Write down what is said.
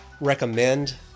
recommend